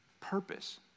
purpose